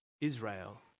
Israel